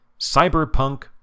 Cyberpunk